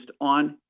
on